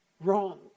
wrong